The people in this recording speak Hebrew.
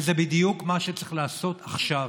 וזה בדיוק מה שצריך לעשות עכשיו.